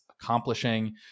accomplishing